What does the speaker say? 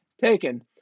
taken